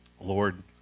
Lord